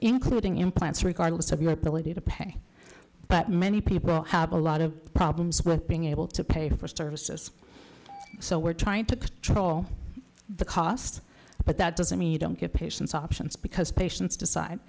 implants regardless of your ability to pay but many people have a lot of problems with being able to pay for services so we're trying to control the costs but that doesn't mean you don't get patients options because patients decide